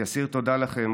אני אסיר תודה לכם,